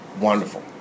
wonderful